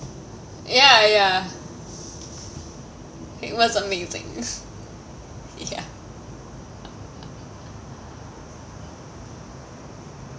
ya ya it was amazing ya